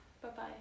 Bye-bye